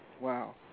Wow